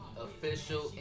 Official